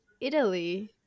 Italy